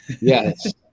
Yes